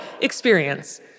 experience